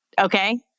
Okay